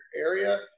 area